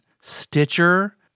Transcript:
Stitcher